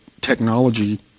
technology